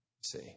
See